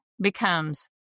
becomes